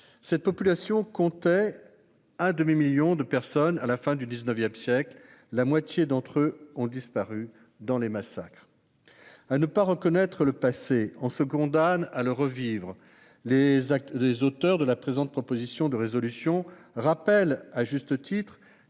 Cette population comptait un demi-million de personnes à la fin du XIX siècle. La moitié d'entre elles a disparu dans les massacres. À ne pas reconnaître le passé, on se condamne à le revivre. Les auteurs de la présente proposition de résolution rappellent à juste titre